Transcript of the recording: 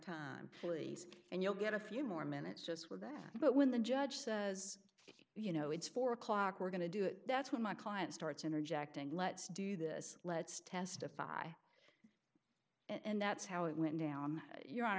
time and you'll get a few more minutes just for that but when the judge says you know it's four o'clock we're going to do it that's what my client starts interjecting let's do this let's testify and that's how it went down your hon